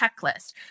checklist